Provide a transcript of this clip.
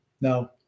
No